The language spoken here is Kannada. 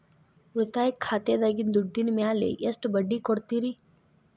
ಉಳಿತಾಯ ಖಾತೆದಾಗಿನ ದುಡ್ಡಿನ ಮ್ಯಾಲೆ ಎಷ್ಟ ಬಡ್ಡಿ ಕೊಡ್ತಿರಿ?